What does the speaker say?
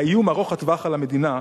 האיום ארוך הטווח על המדינה,